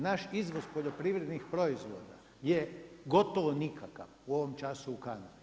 Naš izvoz poljoprivrednih proizvoda je gotovo nikakav u ovom času u Kanadi.